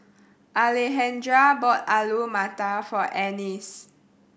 Alejandra bought Alu Matar for Ennis